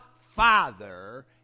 Father